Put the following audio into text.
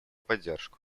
поддержку